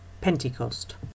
Pentecost